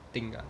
thing ah